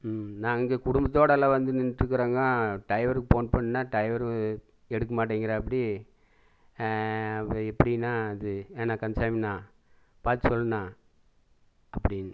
நாங்கள் இங்கே குடும்பத்தோடு எல்லாம் வந்து நின்னுட்டுருக்குறோங்க டைவருக்கு போன் பண்ணா டைவரு எடுக்க மாட்டேங்கிறாப்படி அப்போ எப்படீன்னா அது எனக்கு ஏண்ணா கந்சாமிண்ணா பார்த்து சொல்லுண்ணா அப்படீன்னு